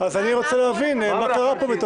אז אני רוצה להבין מה קרה.